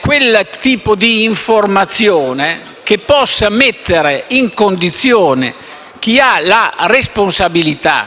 quel tipo d'informazione, che possa mettere chi ha la responsabilità